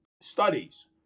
studies